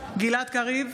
גלעד קריב,